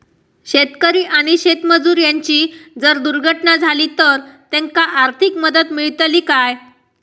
शेतकरी आणि शेतमजूर यांची जर दुर्घटना झाली तर त्यांका आर्थिक मदत मिळतली काय?